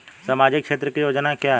सामाजिक क्षेत्र की योजना क्या है?